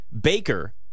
Baker